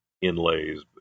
inlays